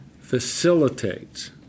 facilitates